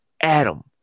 Adam